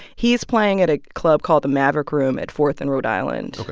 he is playing at a club called the maverick room at fourth and rhode island. ok.